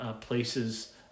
places